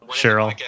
cheryl